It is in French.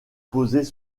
posés